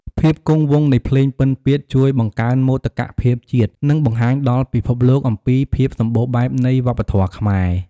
ភាពគង់វង្សនៃភ្លេងពិណពាទ្យជួយបង្កើនមោទកភាពជាតិ និងបង្ហាញដល់ពិភពលោកអំពីភាពសម្បូរបែបនៃវប្បធម៌ខ្មែរ។